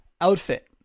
outfit